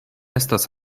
estas